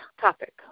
topic